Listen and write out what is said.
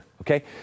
Okay